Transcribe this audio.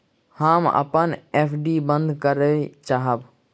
हम अपन एफ.डी बंद करय चाहब